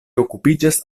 okupiĝas